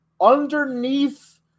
underneath